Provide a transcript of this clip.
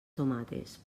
tomates